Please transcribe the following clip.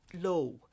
low